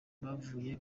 bavuye